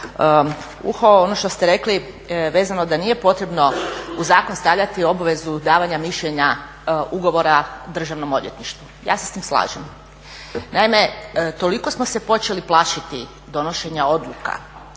uho ono što ste rekli vezano da nije potrebno u zakon stavljati obvezu davanja mišljenja ugovora Državnom odvjetništvu. Ja se s tim slažem. Naime, toliko smo se počeli plašiti donošenja odluka